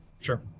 Sure